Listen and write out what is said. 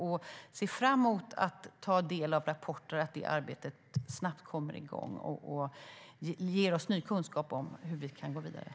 Jag ser fram emot att få ta del av rapporter och att det arbetet snabbt kommer i gång och ger oss ny kunskap om hur vi kan gå vidare.